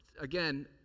Again